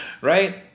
Right